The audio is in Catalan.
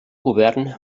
govern